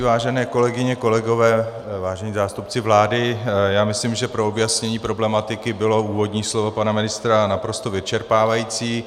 Vážené kolegyně, kolegové, vážení zástupci vlády, myslím, že pro objasnění problematiky bylo úvodní slovo pana ministra naprosto vyčerpávající.